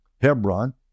Hebron